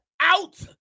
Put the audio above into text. out